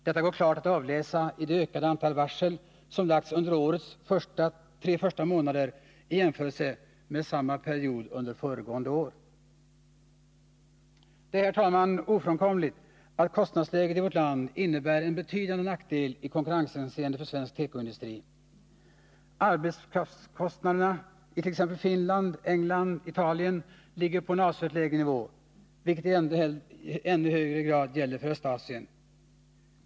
Detta kan man tydligt avläsa i det ökade antal varsel, som utfärdats under årets tre första månader i jämförelse med samma period föregående år. Det är, herr talman, ofrånkomligt att kostnadsläget i vårt land innebär en betydande nackdel i konkurrenshänseende för svensk tekoindustri. Arbetskraftskostnaderna i t.ex. Finland, England och Italien ligger på en avsevärt lägre nivå, vilket i ännu högre grad gäller för Östasien.